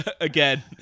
again